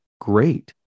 great